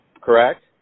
correct